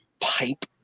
pipe